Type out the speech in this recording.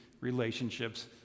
relationships